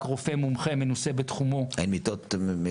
רופא מומחה מנוסה בתחומו --- אין מיטות?